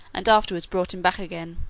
and afterwards brought him back again.